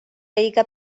õige